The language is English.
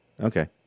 Okay